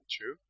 true